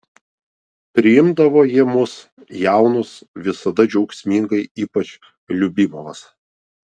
priimdavo jie mus jaunus visada džiaugsmingai ypač liubimovas